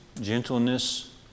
gentleness